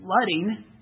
flooding